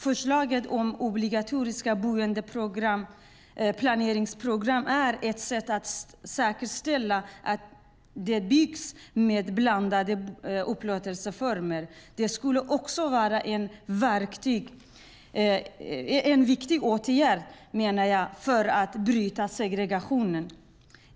Förslaget om obligatoriska boendeplaneringsprogram är ett sätt att säkerställa att det byggs med blandade upplåtelseformer. Det skulle också vara en viktig åtgärd för att bryta segregationen.